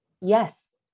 Yes